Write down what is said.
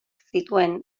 zituen